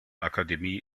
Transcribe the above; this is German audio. akademie